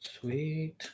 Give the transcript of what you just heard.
Sweet